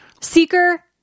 Seeker